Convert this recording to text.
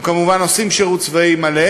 הם כמובן עושים שירות צבאי מלא,